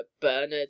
bernard